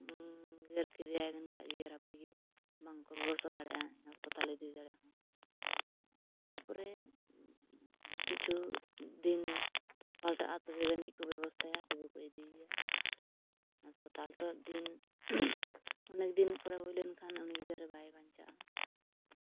ᱜᱮᱨ ᱠᱮᱫᱮᱭᱟᱭ ᱢᱮᱱᱠᱷᱟᱡ ᱜᱮᱨ ᱦᱟᱹᱯᱤ ᱜᱮ ᱵᱟᱝᱠᱚ ᱵᱮᱵᱚᱥᱛᱷᱟ ᱫᱟᱲᱮᱜᱼᱟ ᱦᱟᱥᱯᱟᱛᱟᱞ ᱤᱫᱤ ᱫᱟᱲᱮᱭᱟᱜ ᱦᱚᱸ ᱛᱟᱨᱯᱚᱨᱮ ᱠᱤᱪᱷᱩ ᱫᱤᱱ ᱯᱟᱞᱴᱟᱜᱼᱟ ᱛᱚᱵᱮ ᱟᱹᱱᱤᱡ ᱠᱚ ᱵᱮᱵᱚᱥᱛᱷᱟᱭᱟ ᱛᱚᱵᱮ ᱠᱚ ᱤᱫᱤᱭ ᱭᱟ ᱦᱟᱥᱯᱟᱛᱟᱞ ᱛᱚ ᱫᱤᱱ ᱚᱱᱮᱠ ᱫᱤᱱ ᱯᱚᱨᱮ ᱦᱩᱭ ᱞᱮᱱᱠᱷᱟᱱ ᱩᱱᱤ ᱜᱤᱫᱟᱹᱨ ᱵᱟᱭ ᱵᱟᱧᱪᱟᱜᱼᱟ